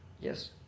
Yes